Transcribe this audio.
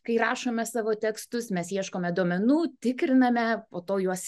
kai rašome savo tekstus mes ieškome duomenų tikriname po to juos